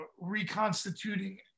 reconstituting